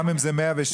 גם אם זה 107,000,